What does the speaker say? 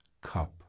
cup